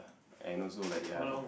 and also like ya